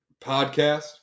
podcast